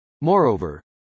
Moreover